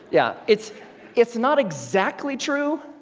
yeah it's it's not exactly true,